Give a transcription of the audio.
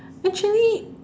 actually